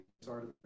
started